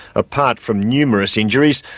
apart from numerous injuries,